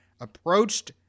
approached